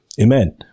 Amen